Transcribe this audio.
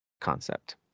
concept